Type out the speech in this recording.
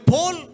Paul